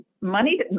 money –